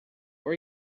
were